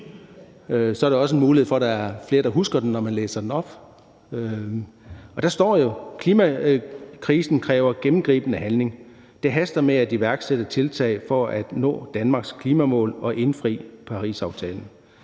Der er også en mulighed for, at der er flere, der husker den, når man læser den op. Og der står jo: Forslag til vedtagelse »Klimakrisen kræver gennemgribende handling. Det haster med at iværksætte tiltag for at nå Danmarks klimamål og indfri Parisaftalen.